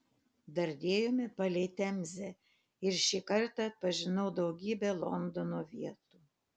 dardėjome palei temzę ir šį kartą atpažinau daugybę londono vietų